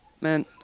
Man